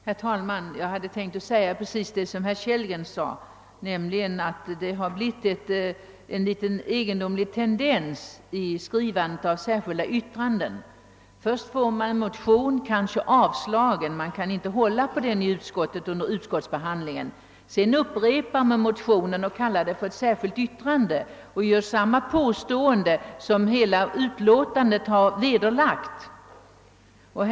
Herr talman! Jag hade tänkt säga precis vad herr Kellgren anförde, nämligen att det uppstått en egendomlig tendens i skrivandet av särskilda yttranden. Först får man sin motion avslagen — man har kanske inte kunnat hålla tillräckligt hårt på den i utskottsbehandlingen. Då upprepar man vad som står i motionen och kallar det för ett särskilt yttrande i stället, fastän utskottet redan har vedarlagt dessa påståenden.